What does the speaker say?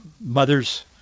mother's